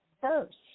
first